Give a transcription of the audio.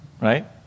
right